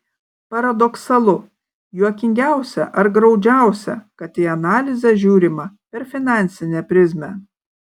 paradoksalu juokingiausia ar graudžiausia kad į analizę žiūrima per finansinę prizmę